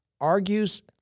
argues